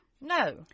No